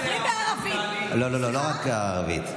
מדברים בערבית, לא, לא רק בערבית.